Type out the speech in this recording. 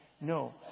No